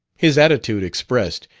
his attitude expressed,